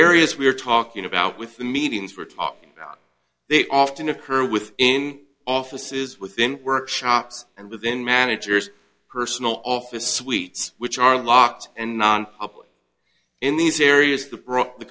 areas we're talking about with the meetings we're talking about they often occur with in offices within workshops and within manager's personal office suites which are locked and not up in these areas the the